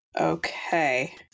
okay